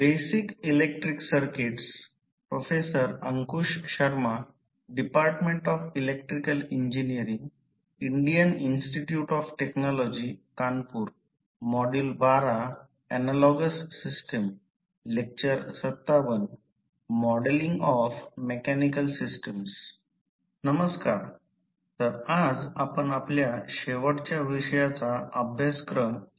नमस्कार तर आज आपण आपल्या शेवटच्या विषयाचा अभ्यासक्रम चालू करू जो कि ऍनालॉगस सिस्टम आहे